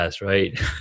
right